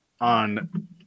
on